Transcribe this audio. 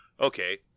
okay